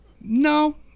no